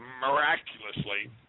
miraculously